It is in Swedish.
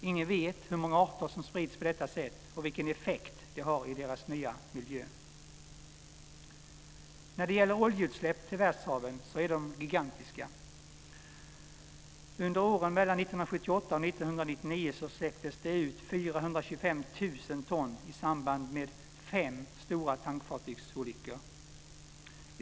Ingen vet hur många arter som sprids på detta sätt och vilken effekt de har i deras nya miljöer. Oljeutsläppen till världshaven är gigantiska. Under åren 1978 till 1999 släpptes 425 000 ton ut i samband med fem stora tankfartygsolyckor.